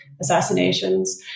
assassinations